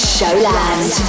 Showland